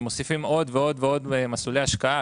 שמוסיפים עוד ועוד מסלולי השקעה.